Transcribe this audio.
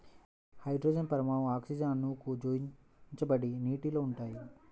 hydrogen పరమాణువులు oxygen అణువుకు జోడించబడి నీటిలో ఉంటాయి